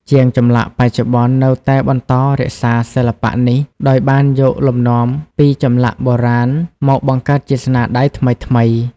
ជាងចម្លាក់បច្ចុប្បន្ននៅតែបន្តរក្សាសិល្បៈនេះ ដោយបានយកលំនាំពីចម្លាក់បុរាណមកបង្កើតជាស្នាដៃថ្មីៗ។